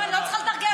שלנו לנצח.